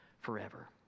forever